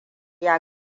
ya